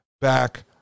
back